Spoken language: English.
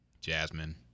Jasmine